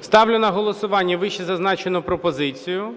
Ставлю на голосування вищезазначену пропозицію.